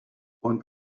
und